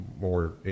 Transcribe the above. more